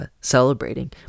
celebrating